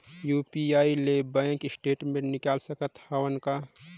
UPI ले bank statement निकाल सकत हवं का?